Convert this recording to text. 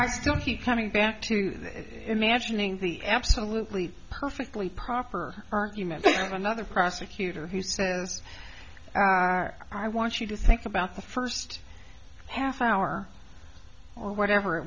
i still keep coming back to imagining the absolutely perfectly proper argument that another prosecutor who says i want you to think about the first half hour or whatever it